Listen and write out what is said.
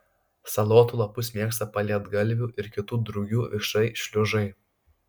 salotų lapus mėgsta pelėdgalvių ir kitų drugių vikšrai šliužai